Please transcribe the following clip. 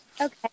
Okay